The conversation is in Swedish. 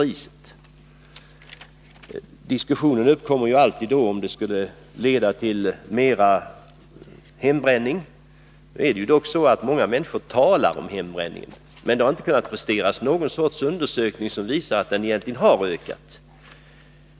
I det här sammanhanget uppkommer alltid diskussionen, om prishöjningar skulle leda till mera hembränning. Många människor talar ju om hembränning, men det har inte kunnat presteras någon sorts undersökning som visar att den egentligen har ökat.